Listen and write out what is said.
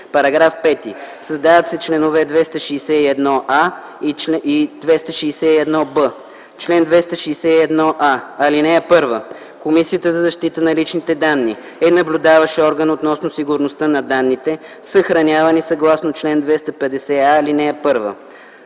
§ 5: „§ 5. Създават се чл. 261а и 261б: „Чл. 261а. (1) Комисията за защита на личните данни е наблюдаващ орган относно сигурността на данните, съхранявани съгласно чл. 250а, ал. 1.